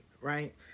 right